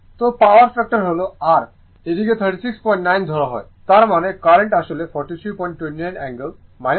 সুতরাং power factor হল r এটিকে 369 ধরা হয় তার মানে কারেন্ট আসলে 4329 অ্যাঙ্গেল 369o